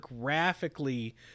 graphically